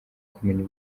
kumenya